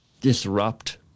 disrupt